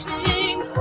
sing